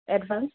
advance